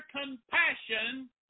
compassion